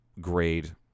grade